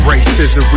Racism